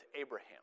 Abraham